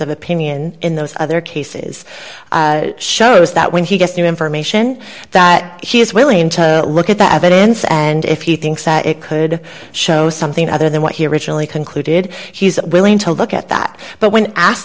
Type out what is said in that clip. of opinion in those other cases shows that when he gets new information that he is willing to look at that end and if he thinks that it could show something other than what he originally concluded he's willing to look at that but when asked